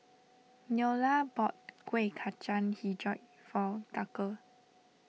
Neola bought Kuih Kacang HiJau for Tucker